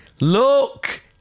Look